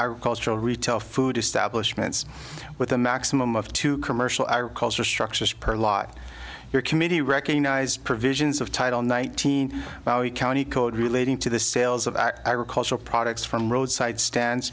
are cultural retail food establishments with the maximum of two commercial agriculture structures per lot your committee recognized provisions of title nineteen county code relating to the sales of a agricultural products from roadside stand